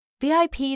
VIP